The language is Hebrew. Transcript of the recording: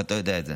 ואתה יודע את זה.